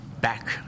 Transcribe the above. back